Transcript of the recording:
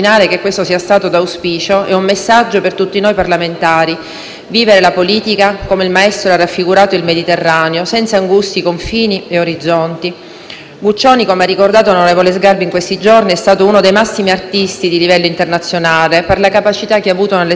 vivere la politica, come il maestro ha raffigurato il Mediterraneo, senza angusti confini e orizzonti. Guccione - come ha ricordato l'onorevole Sgarbi in questi giorni - è stato uno dei massimi artisti di livello internazionale per la capacità che ha avuto nelle sue opere di rendere eccezionale l'immagine del Mediterraneo.